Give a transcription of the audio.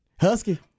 Husky